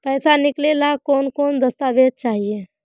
पैसा निकले ला कौन कौन दस्तावेज चाहिए?